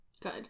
Good